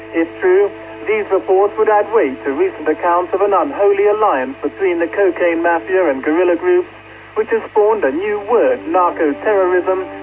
if true, these reports would add weight to recent accounts of an ah unholy alliance between the cocaine mafia and guerrilla groups which has spawned a new word, narco-terrorism,